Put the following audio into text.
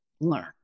learn